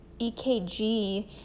EKG